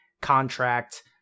contract